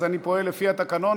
אז אני פועל לפי התקנון,